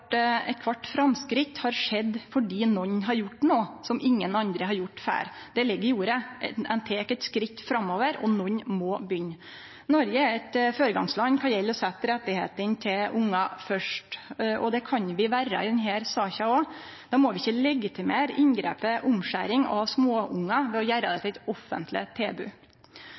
før. Eit kvart framsteg har skjedd fordi nokon har gjort noko som ingen andre har gjort før. Det ligg i ordet. Ein tek eit skritt framover, og nokon må begynne. Noreg er eit føregangsland kva gjeld å setje rettane til ungar først, og det kan vi vere i denne saka òg. Då må vi ikkje legitimere inngrepet omskjering av småungar ved å gjere det til eit offentleg tilbod.